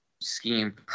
scheme